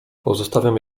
pozostawiam